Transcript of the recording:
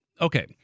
okay